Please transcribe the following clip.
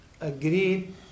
agreed